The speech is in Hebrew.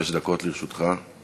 חמש דקות לרשותך.